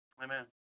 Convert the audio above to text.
Amen